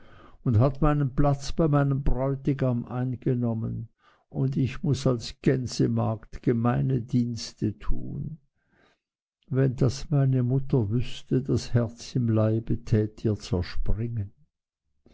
und hat meinen platz bei meinem bräutigam eingenommen und ich muß als gänsemagd gemeine dienste tun wenn das meine mutter wüßte das herz im leib tät ihr zerspringen